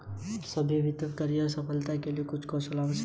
सभी वित्तीय करियर में सफलता के लिए कुछ कौशल आवश्यक हैं